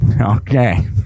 Okay